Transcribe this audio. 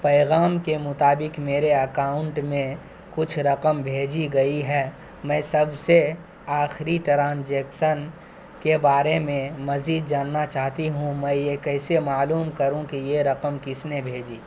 پیغام کے مطابق میرے اکاؤنٹ میں کچھ رقم بھیجی گئی ہے میں سب سے آخری ٹرانجیکسن کے بارے میں مزید جاننا چاہتی ہوں میں یہ کیسے معلوم کروں کہ یہ رقم کس نے بھیجی